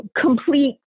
complete